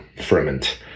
ferment